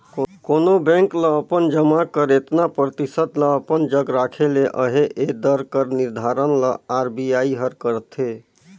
कोनो बेंक ल अपन जमा कर एतना परतिसत ल अपन जग राखे ले अहे ए दर कर निरधारन ल आर.बी.आई हर करथे